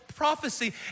prophecy